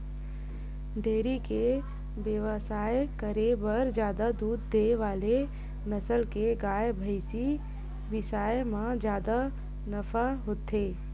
dairy के बेवसाय करे बर जादा दूद दे वाला नसल के गाय, भइसी बिसाए म जादा नफा होथे